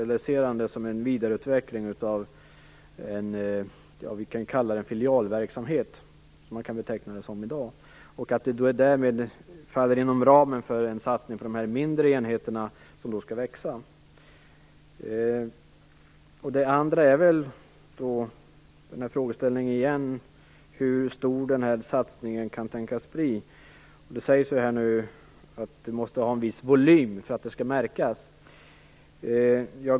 Eller är det en vidareutveckling av en filialverksamhet, vilket man kan beteckna det som i dag, som därmed faller inom ramen för satsningen på de mindre enheterna som skall växa? Det andra gäller frågeställningen om hur stor denna satsning kan tänkas bli. Det sägs ju att det måste ha en viss volym för att märkas.